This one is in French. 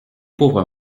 pauvres